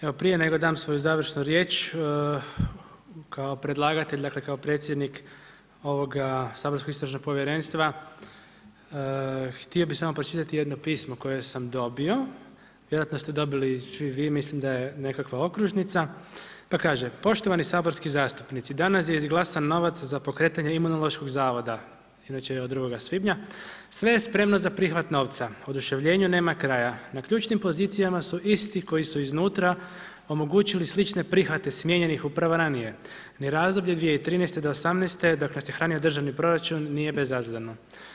Evo prije nego dam svoju završnu riječ, kao predlagatelj, kao predsjednik ovoga Saborskog istražnog povjerenstva htio bih samo pročitati jedno pismo koje sam dobio, vjerojatno ste dobili i svi vi, mislim da je nekakva okružnica pa kaže: poštovani saborski zastupnici, danas je izglasan novac za pokretanje Imunološkog zavoda, inače od 2. svibnja, sve je spremno za prihvat novca, oduševljenju nema kraja, na ključnim pozicijama su isti koji su iznutra omogućili slične prihvate smijenjenih upravo ranije, ni razdoblje 2013. do '18. dok nas je hranio državni proračun nije bezazleno.